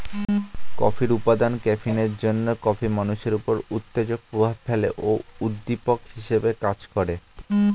কফির উপাদান ক্যাফিনের জন্যে কফি মানুষের উপর উত্তেজক প্রভাব ফেলে ও উদ্দীপক হিসেবে কাজ করে